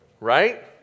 right